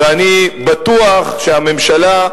ואני בטוח שהממשלה,